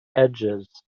edges